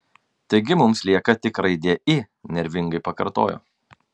taigi mums lieka tik raidė i nervingai pakartojo